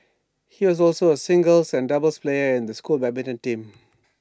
he was also A singles and doubles player in the school's badminton team